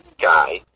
guy